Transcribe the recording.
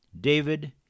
David